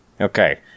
Okay